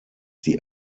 die